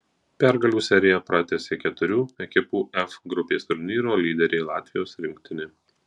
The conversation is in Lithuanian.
pergalių seriją pratęsė keturių ekipų f grupės turnyro lyderė latvijos rinktinė